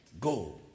Go